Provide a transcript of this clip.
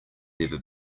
never